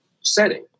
setting